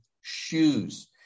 shoes